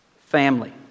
Family